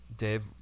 Dave